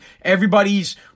Everybody's